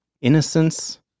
innocence